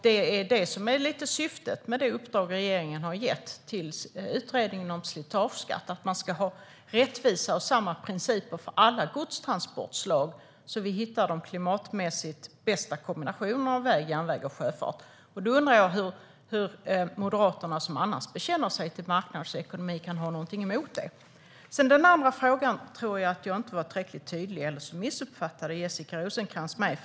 Det som är syftet med det uppdrag som regeringen har gett till utredningen om slitageskatt är att man ska ha rättvisa och samma principer för alla godstransportslag för att vi ska hitta de klimatmässigt bästa kombinationerna av väg, järnvägar och sjöfart. Då undrar jag hur Moderaterna, som annars bekänner sig till marknadsekonomi, kan ha någonting emot detta. Jag tror inte att jag var tillräckligt tydlig när jag ställde den andra frågan, eller också missuppfattade Jessica Rosencrantz mig.